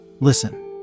Listen